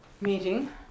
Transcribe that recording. meeting